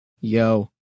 Yo